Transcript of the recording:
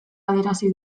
adierazi